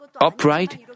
upright